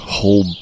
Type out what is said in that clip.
Whole